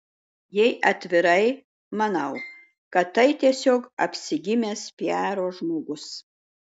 jei atvirai manau kad tai tiesiog apsigimęs piaro žmogus